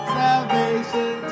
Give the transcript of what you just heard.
salvation